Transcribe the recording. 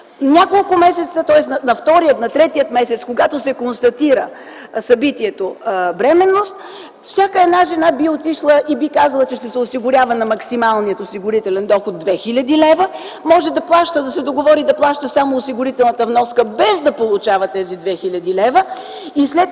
политика, на втория, на третия месец, когато се констатира събитието бременност, всяка една жена би отишла и би казала, че ще се осигурява на максималния осигурителен доход 2 хил. лв. Може да се договори да плаща само осигурителната вноска, без да получава тези 2 хил. лв. и след